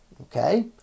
Okay